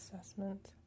Assessment